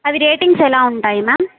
అవి రేటింగ్స్ ఎలా ఉంటాయి మ్యామ్